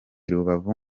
rubavu